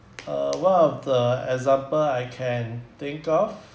uh one of the example I can think of